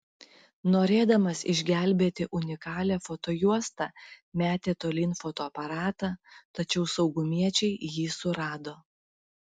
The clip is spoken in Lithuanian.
norėdamas išgelbėti unikalią fotojuostą metė tolyn fotoaparatą tačiau saugumiečiai jį surado